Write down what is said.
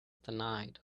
denied